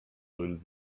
polluted